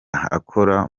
akora